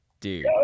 Dude